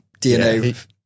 DNA